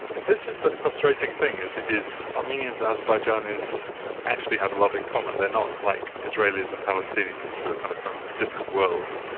this is the frustrating thing, is is armenians and azerbaijanis actually have a lot in common, they are not like israelis and palestinians who are kind of from different worlds,